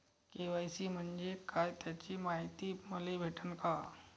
KYC म्हंजे काय त्याची मायती मले भेटन का?